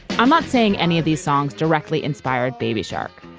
i'm not saying any of these songs directly inspired baby shark,